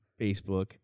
Facebook